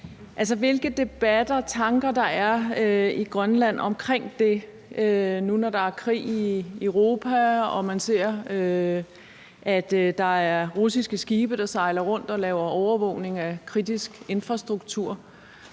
af forsvaret i Grønland nu, når der er krig i Europa og man ser, at der er russiske skibe, der sejler rundt og laver overvågning af kritisk infrastruktur.